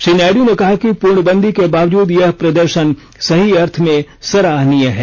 श्री नायडू ने कहा है कि पूर्णबंदी के बावजूद यह प्रदर्शन सही अर्थ में सराहनीय है